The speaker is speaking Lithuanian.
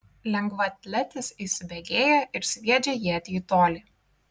lengvaatletis įsibėgėja ir sviedžia ietį į tolį